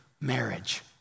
marriage